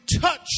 touch